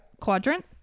quadrant